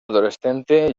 adolescente